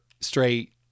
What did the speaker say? straight